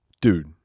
Dude